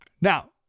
Now